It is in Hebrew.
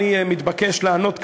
אני מתבקש לענות כאן,